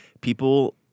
people